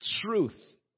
truth